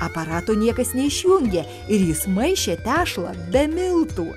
aparato niekas neišjungė ir jis maišė tešlą be miltų